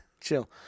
Chill